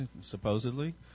supposedly